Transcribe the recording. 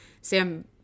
Sam